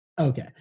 Okay